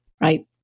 right